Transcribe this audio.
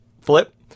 flip